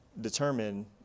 determine